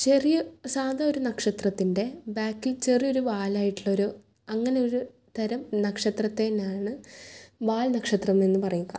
ചെറിയ സാധാ ഒരു നക്ഷത്രത്തിൻ്റെ ബാക്കിൽ ചെറിയൊരു വാലായിട്ടുള്ളൊരു അങ്ങനെ ഒരു തരം നക്ഷത്രത്തിനാണ് വാൽനക്ഷത്രമെന്ന് പറയുക